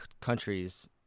countries